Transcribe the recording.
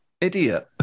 idiot